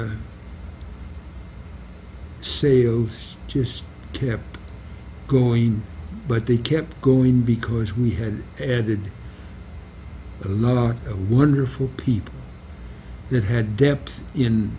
our sales just kept going but they kept going because we had and did a lot of wonderful people that had depth in